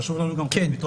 חשוב לנו לתת גם פתרונות.